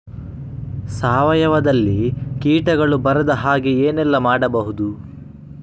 ಸಾವಯವದಲ್ಲಿ ಕೀಟಗಳು ಬರದ ಹಾಗೆ ಏನೆಲ್ಲ ಮಾಡಬಹುದು?